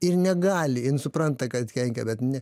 ir negali jin supranta kad kenkia bet ne